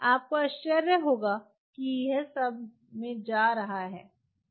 आपको आश्चर्य होगा कि यह सब में जा रहा है